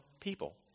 people